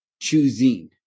choosing